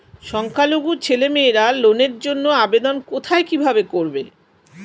সংখ্যালঘু ছেলেমেয়েরা লোনের জন্য আবেদন কোথায় কিভাবে করবে?